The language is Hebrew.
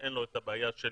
שאין לו את הבעיה של